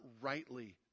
rightly